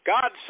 God